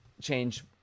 change